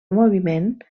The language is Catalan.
moviment